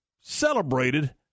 celebrated